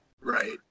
Right